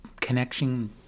connection